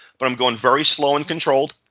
but um going very slow and controlled,